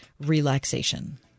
relaxation